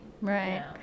Right